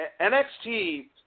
NXT